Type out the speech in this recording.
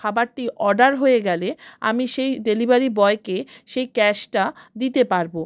খাবারটি অর্ডার হয়ে গেলে আমি সেই ডেলিভারি বয়কে সেই ক্যাশটা দিতে পারবো